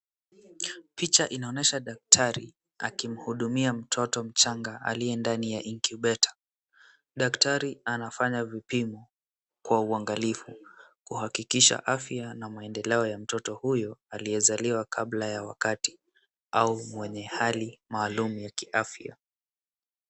Picha inaonyesha daktari akimhudumia mtoto mchanga aliye ndani ya incubator . Daktari anafanya vipimo kwa uangalifu kuhakikisha afya na maendeleo ya mtoto huyu aliyezaliwa kabla ya wakati au mwenye hali maalum ya kiafya.